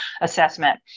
assessment